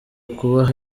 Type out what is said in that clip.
kubaha